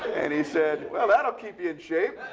and he said, well, that'll keep you in shape.